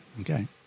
Okay